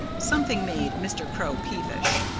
something made mr. crow peevish.